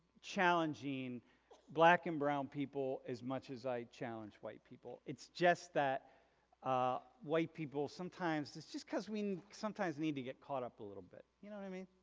challenging black and brown people as much as i challenge white people it's just that ah white people, sometimes, it's just because we sometimes need to get caught up a little bit. you know i mean?